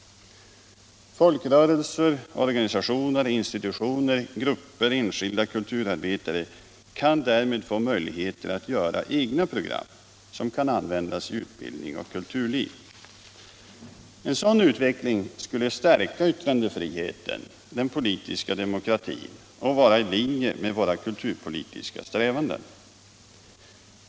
Folkrörelser, organisationer, institutioner, grupper, kulturarbetare osv. kan därmed få möjligheter att göra egna program som kan användas i utbildning och kulturliv. En sådan utveckling skulle stärka yttrandefriheten och den Videogram Videogram politiska demokratin och vara i linje med våra kulturpolitiska strävanden.